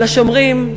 לשומרים,